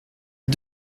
est